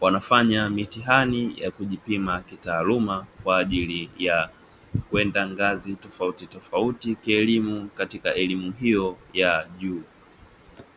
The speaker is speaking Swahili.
wanafanya mitihani ya kujipima kitaaluma, kwa ajili ya kwenda ngazi tofauti tofauti za kielimu, katika elimu hiyo ya juu.